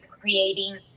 creating